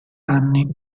anni